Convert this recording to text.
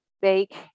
Bake